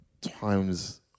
times